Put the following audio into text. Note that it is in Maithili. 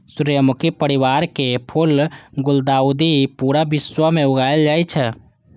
सूर्यमुखी परिवारक फूल गुलदाउदी पूरा विश्व मे उगायल जाए छै